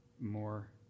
more